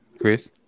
Chris